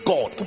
God